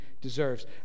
deserves